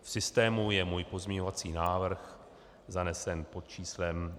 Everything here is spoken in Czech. V systému je můj pozměňovací návrh zanesen pod číslem 2353.